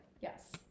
Yes